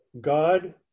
God